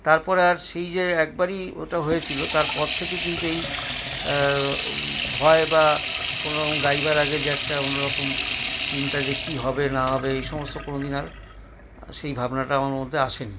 তারপরে আর সেই যে একবারই ওটা হয়েছিল তারপর থেকে কিন্তু এই ভয় বা কোনোরকম গাইবার আগে যে একটা অন্যরকম চিন্তা যে কি হবে না হবে এই সমস্ত কোনোদিন আর সেই ভাবনাটা আমার মধ্যে আসেনি